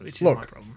Look